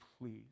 please